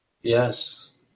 Yes